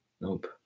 Nope